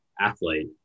athlete